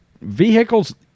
vehicle's